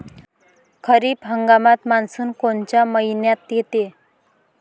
खरीप हंगामात मान्सून कोनच्या मइन्यात येते?